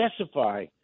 specify